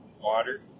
water